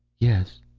yes.